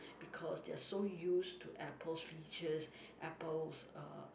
because they are so used to Apple features Apple's uh